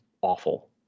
awful